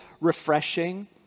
refreshing